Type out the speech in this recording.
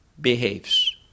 behaves